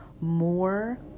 more